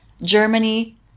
Germany